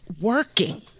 working